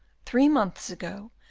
three months ago,